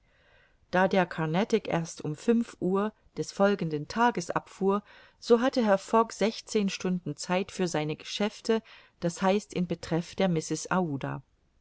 da der carnatic erst um fünf uhr des folgenden tages abfuhr so hatte herr fogg sechzehn stunden zeit für seine geschäfte d h in betreff der mrs